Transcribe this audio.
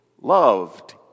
loved